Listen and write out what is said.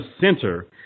center